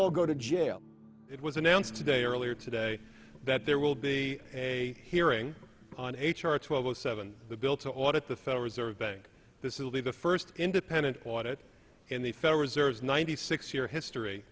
all go to jail it was announced today earlier today that there will be a hearing on h r twelve o seven the bill to audit the federal reserve bank this it'll be the first independent audit in the federal reserve's ninety six year history